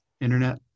internet